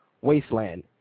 Wasteland